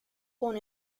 born